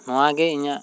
ᱱᱚᱣᱟ ᱜᱮ ᱤᱧᱟᱹᱜ